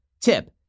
tip